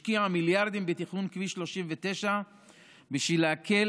מיליארדים בתכנון כביש 39 בשביל להקל